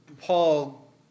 Paul